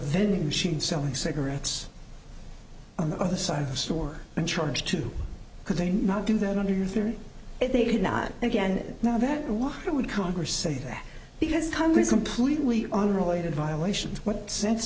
vending machine selling cigarettes on the other side of the store and charged too could they not do that under your theory if they could not and again now that why would congress say that because congress completely unrelated violations what sense